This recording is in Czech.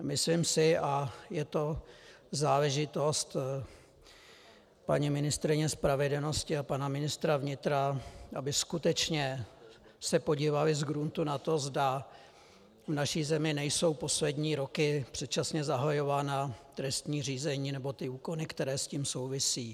Myslím si, a je to záležitost paní ministryně spravedlnosti a pana ministra vnitra, aby se skutečně podívali zgruntu na to, zda v naší zemi nejsou poslední roky předčasně zahajována trestní řízení nebo úkony, které s tím souvisí.